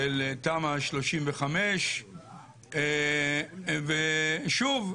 של תמ"א 35. שוב,